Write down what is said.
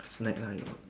snake lah your